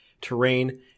terrain